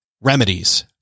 remedies